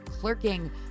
clerking